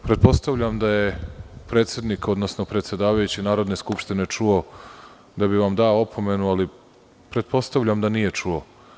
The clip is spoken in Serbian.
Pretpostavljam da je predsednik, odnosno predsedavajući Narodne skupštine čuo da bi vam dao opomenu, ali pretpostavljam da nije čuo.